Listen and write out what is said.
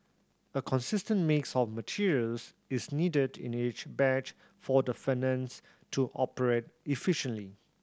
a consistent mix of materials is needed in each batch for the furnace to operate efficiently